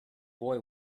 boy